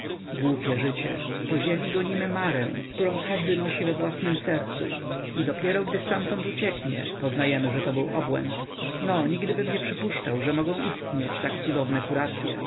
głupie życie po ziemi gonimy marę którą każdy nosi we własnem sercu i dopiero gdy ztamtąd ucieknie poznajemy że to był obłęd no nigdybym nie przypuszczał że mogą istnieć tak cudowne kuracye